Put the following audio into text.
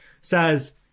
says